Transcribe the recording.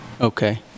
Okay